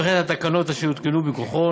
וכן התקנות אשר יותקנו מכוחו,